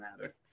matter